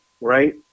right